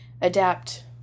Adapt